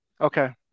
okay